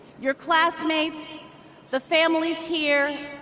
your classmates the families here,